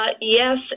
Yes